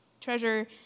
Treasure